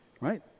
right